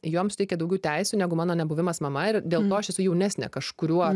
jom suteikia daugiau teisių negu mano nebuvimas mama ir dėl to aš esu jaunesnė kažkuriuo